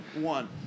One